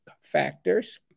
factors